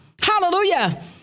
Hallelujah